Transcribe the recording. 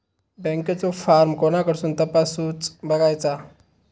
बँकेचो फार्म कोणाकडसून तपासूच बगायचा?